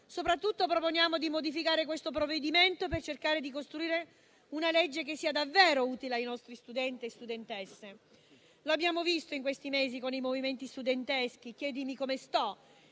Soprattutto, proponiamo di modificare questo provvedimento per cercare di costruire una legge che sia davvero utile ai nostri studenti e alle nostre studentesse. Lo abbiamo visto in questi mesi con i movimenti studenteschi e la campagna